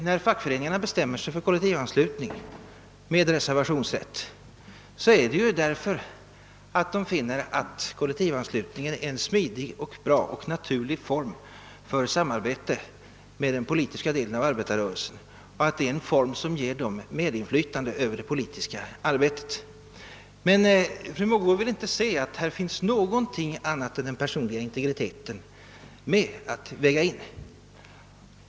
När fackföreningarna bestämmer sig för kollektivanslutning med reservationsrätt är det ju därför att de finner att kollektivanslutningen är en smidig, bra och naturlig form för samarbete med den politiska delen av arbetarrörelsen, att det är en form som ger dem medinflytande över det politiska arbetet. Men fru Mogård vill inte se att här finns någonting annat än den personliga integriteten att väga in.